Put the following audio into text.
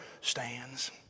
stands